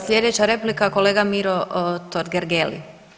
Sljedeća replika kolega Miro Totgergeli.